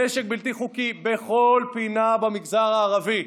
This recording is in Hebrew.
נשק בלתי חוקי בכל פינה במגזר הערבי.